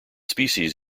species